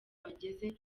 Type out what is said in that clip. bageze